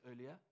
earlier